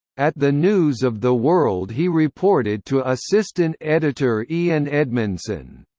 at the news of the world he reported to assistant editor ian edmondson.